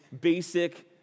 basic